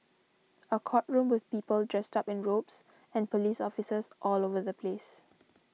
a courtroom with people dressed up in robes and police officers all over the place